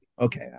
Okay